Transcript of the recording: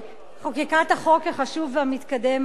חוקקה את החוק החשוב והמתקדם הזה,